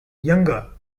younger